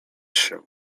się